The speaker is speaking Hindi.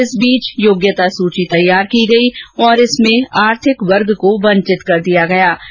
इस बीच योग्यता सूची तैयार की गयी जिसमें आर्थिक कमजोर वर्ग को वंचित कर दिया गया ै